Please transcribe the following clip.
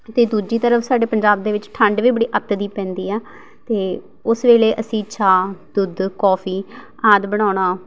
ਅਤੇ ਦੂਜੀ ਤਰਫ਼ ਸਾਡੇ ਪੰਜਾਬ ਦੇ ਵਿੱਚ ਠੰਡ ਵੀ ਬੜੀ ਅੱਤ ਦੀ ਪੈਂਦੀ ਆ ਅਤੇ ਉਸ ਵੇਲੇ ਅਸੀਂ ਚਾਹ ਦੁੱਧ ਕੌਫ਼ੀ ਆਦਿ ਬਣਾਉਣਾ